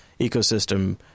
ecosystem